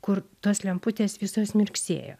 kur tos lemputės visos mirksėjo